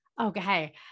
Okay